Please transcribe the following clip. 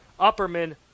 Upperman